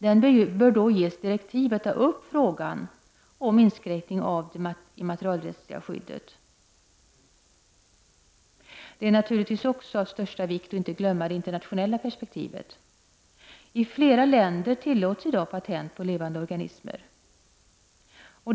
Den utredningen bör då ges direktiv att ta upp frågan om inskränkning av det immaterialrättsliga skyddet. Det är naturligtvis också av största vikt att inte glömma det internationella perspektivet. I flera länder tillåts i dag patent på levande organismer.